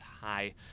high